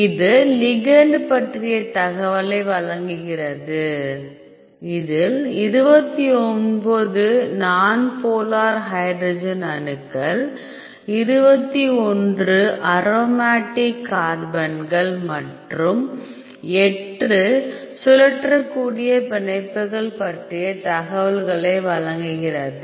இது லிகெண்ட் பற்றிய தகவலை வழங்குகிறது இதில் 29 நான்போலார் ஹைட்ரஜன் அணுக்கள் 21 அரோமேட்டிக் கார்பன்கள் மற்றும் 8 சுழற்றக்கூடிய பிணைப்புகள் பற்றிய தகவல்களை வழங்குகிறது